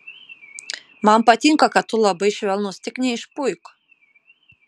man patinka kad tu labai švelnus tik neišpuik